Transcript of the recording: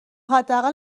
حداقل